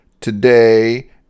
today